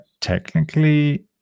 technically